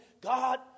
God